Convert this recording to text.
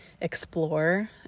explore